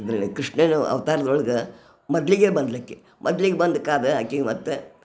ಅಂದರೆ ಕೃಷ್ಣನ ಅವತಾರದೊಳಗ ಮೊದಲಿಗೆ ಬಂದ್ಲಾಕಿ ಮೊದ್ಲಿಗ ಬಂದು ಕಾದು ಆಕಿ ಮತ್ತು